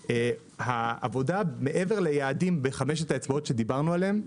העבודה מעבר ליעדים בחמשת האצבעות שדיברנו עליהם,